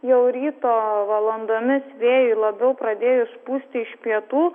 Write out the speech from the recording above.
jau ryto valandomis vėjui labiau pradėjus pūsti iš pietų